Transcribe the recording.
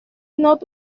not